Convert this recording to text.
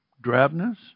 drabness